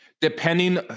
depending